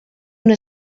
una